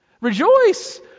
rejoice